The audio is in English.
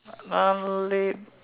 no leh